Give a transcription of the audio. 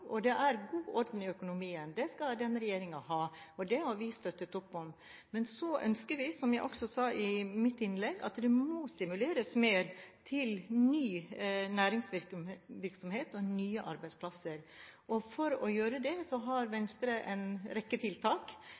Det er god orden i økonomien, det skal denne regjeringen ha, og det har vi støttet opp om. Men så ønsker vi, som jeg også sa i mitt innlegg, at det må stimuleres mer til ny næringsvirksomhet og nye arbeidsplasser, og for å gjøre det har Venstre en rekke tiltak.